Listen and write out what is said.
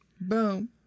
boom